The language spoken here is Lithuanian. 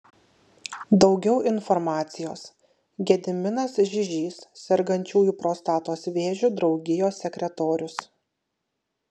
daugiau informacijos gediminas žižys sergančiųjų prostatos vėžiu draugijos sekretorius